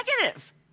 negative